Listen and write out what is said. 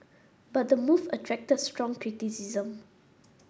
but the move attracted strong criticism